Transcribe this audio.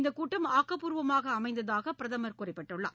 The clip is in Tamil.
இந்தக் கூட்டம் ஆக்கப்பூர்வமாக அமைந்ததாக பிரதமர் குறிப்பிட்டுள்ளார்